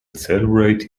celebrate